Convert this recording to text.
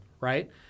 Right